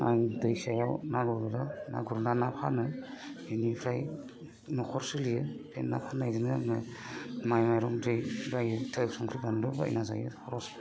आं दैसायाव ना गुरो ना गुरना ना फानो बेनिफ्राय न'खर सोलियो बे ना फाननायजोंनो आङो माइ माइरं दै बायो थाव संख्रि बानलु बायना जायो खरस